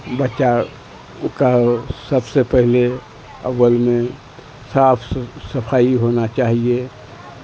بچہ کا سب سے پہلے اول میں صاف صفائی ہونا چاہیے